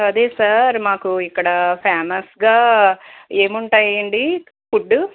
అదే సార్ మాకు ఇక్కడ ఫేమస్గా ఏముంటాయండి ఫుడ్